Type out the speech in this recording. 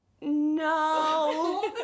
no